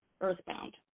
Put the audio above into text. earthbound